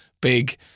big